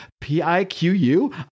p-i-q-u